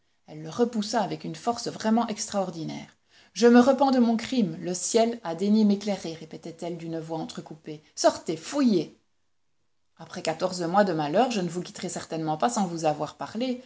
le repoussa avec une force vraiment extraordinaire je me repens de mon crime le ciel a daigné m'éclairer répétait-elle d'une voix entrecoupée sortez fuyez après quatorze mois de malheur je ne vous quitterai certainement pas sans vous avoir parlé